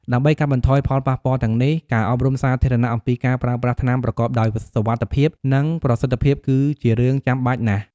ដើម្បីកាត់បន្ថយផលប៉ះពាល់ទាំងនេះ ការអប់រំសាធារណៈអំពីការប្រើប្រាស់ថ្នាំប្រកបដោយសុវត្ថិភាព និងប្រសិទ្ធភាព គឺជារឿងចាំបាច់ណាស់។